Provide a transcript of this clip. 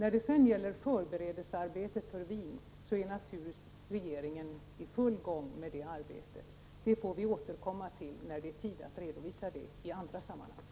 Regeringen är naturligtvis i full gång med förberedelsearbetet för Wien. Det får vi återkomma till i andra sammanhang, när det är tid att redovisa det.